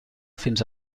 fins